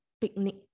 picnic